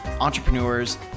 entrepreneurs